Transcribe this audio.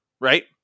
right